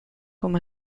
com